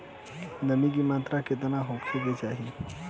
नमी के मात्रा केतना होखे के चाही?